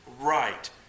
right